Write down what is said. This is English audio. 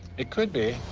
it could be.